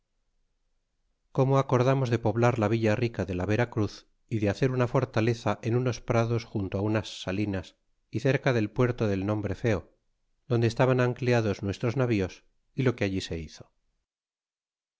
como acordamos de poblar la villa rica de la vera cruz y de hacer una fortaleza en unos prados junto a unas salinas y cerca del puerto del nombre feo donde estaban ancleados nuestros navíos y lo que allí se hizo